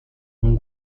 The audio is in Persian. اون